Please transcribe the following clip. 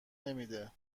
نمیده